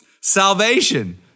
Salvation